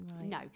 No